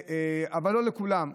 אבל לא על כולם,